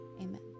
Amen